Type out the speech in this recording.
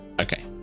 Okay